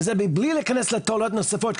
וזה מבלי להיכנס לתועלות נוספות,